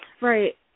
Right